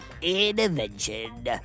invention